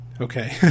okay